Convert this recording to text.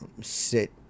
sit